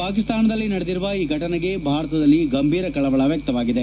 ಪಾಕಿಸ್ತಾನದಲ್ಲಿ ನಡೆದಿರುವ ಈ ಘಟನೆಗೆ ಭಾರತದಲ್ಲಿ ಗಂಭೀರ ಕಳವಳ ವ್ಯಕ್ತವಾಗಿದೆ